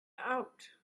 out